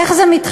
איך זה מתחלק.